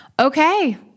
Okay